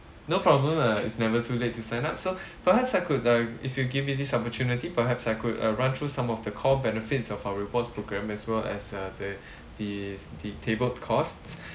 no problem uh it's never too late to sign up so perhaps I could uh if you give me this opportunity perhaps I could uh run through some of the core benefits of our rewards programme as well as uh the the the tabled costs